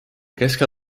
keskel